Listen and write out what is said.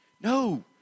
No